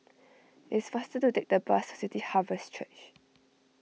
it's faster to take the bus to City Harvest Church